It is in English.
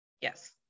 Yes